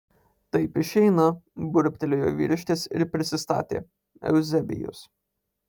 taip išeina burbtelėjo vyriškis ir prisistatė euzebijus